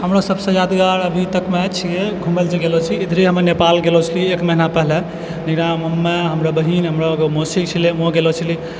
हमरा सबसँ जादे आओर अभी तकमे छियै घुमै लए गेलो छिकै इधरे हमे नेपाल गेलो छिकै एक महीना पहिले वहाँ हमरो बहिन हमरो मौसी छलै ओहो गेलो छलै